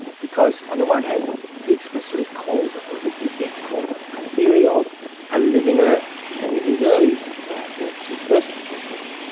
because on the one hand he explicitly calls it, or at least he did call it a theory of a living earth, and in his early books, his first couple of books,